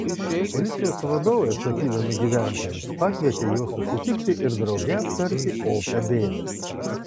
policijos vadovai atsakydami gyventojams pakvietė juos susitikti ir drauge aptarti opią bėdą